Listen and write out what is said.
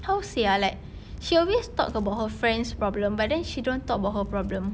how to say ah like she always talks about her friend's problem but then she don't talk about her problem